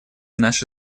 наши